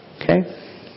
Okay